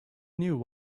knew